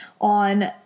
on